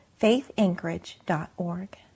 faithanchorage.org